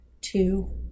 Two